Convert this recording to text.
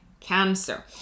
Cancer